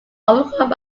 overcome